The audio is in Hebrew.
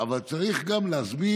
בסדר, אבל צריך גם להסביר